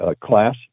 class